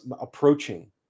approaching